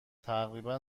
تقریبا